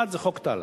1. חוק טל.